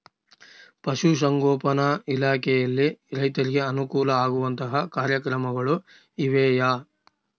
ಪಶುಸಂಗೋಪನಾ ಇಲಾಖೆಯಲ್ಲಿ ರೈತರಿಗೆ ಅನುಕೂಲ ಆಗುವಂತಹ ಕಾರ್ಯಕ್ರಮಗಳು ಇವೆಯಾ?